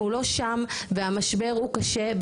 אנחנו לא שם ,והמשבר הוא קשה,